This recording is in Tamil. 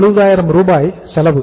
270000 ரூபாய் செலவு